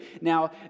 Now